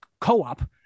co-op